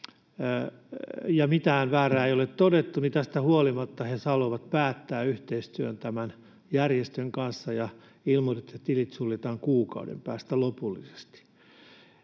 mitään väärää ole todettu, niin tästä huolimatta he haluavat päättää yhteistyön tämän järjestön kanssa, ja ilmoitettiin, että tilit suljetaan kuukauden päästä lopullisesti.